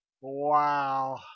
Wow